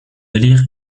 délire